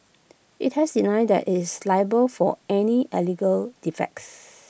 IT has denied that IT is liable for any A legal defects